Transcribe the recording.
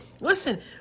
listen